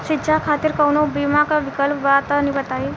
शिक्षा खातिर कौनो बीमा क विक्लप बा तनि बताई?